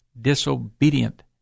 disobedient